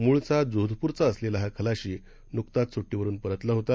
म्ळचा जोधप्रचा असलेला हा खलाशी न्कताच स्ट्धीवरून परतला होता